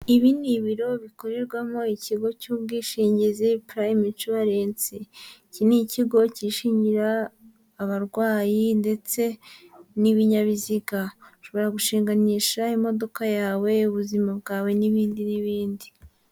Ibi ni ibiro bikorerwamo ikigo cy'ubwishingizi Prime insurance. Iki ni ikigo cyishingira abarwayi ndetse n'ibinyabiziga, ushobora gushinganisha imodoka yawe, ubuzima bwawe n'ibindi n'ibindi.